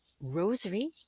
rosary